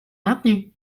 maintenu